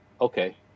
Okay